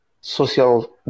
social